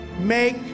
make